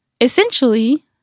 essentially